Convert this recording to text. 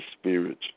spirits